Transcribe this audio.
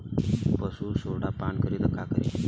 पशु सोडा पान करी त का करी?